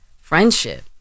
friendship